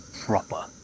proper